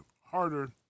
harder